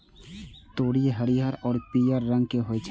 तोरी हरियर आ पीयर रंग के होइ छै